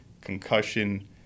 concussion